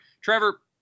Trevor